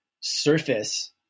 surface